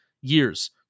years